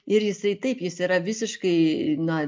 ir jisai taip jis yra visiškai na